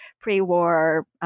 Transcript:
pre-war